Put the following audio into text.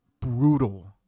brutal